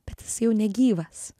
bet jisai jau negyvas